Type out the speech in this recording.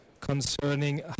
concerning